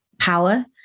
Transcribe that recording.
power